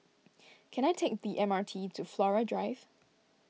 can I take the M R T to Flora Drive